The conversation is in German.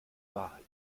wahrheit